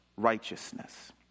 righteousness